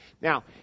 Now